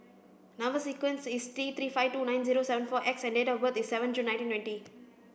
number sequence is T three five two nine zero seven four X and date of birth is seven June nineteen twenty